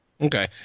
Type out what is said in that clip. Okay